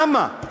למה?